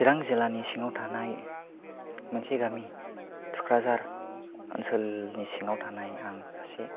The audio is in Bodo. चिरां जिल्लानि सिङाव थानाय मोनसे गामि थुक्राझार ओनसोलनि सिङाव थानाय आं सासे